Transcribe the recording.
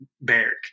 barrack